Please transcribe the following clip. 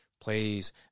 plays